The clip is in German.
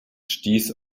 stieß